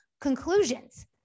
conclusions